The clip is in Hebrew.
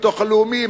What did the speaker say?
הביטוח הלאומי,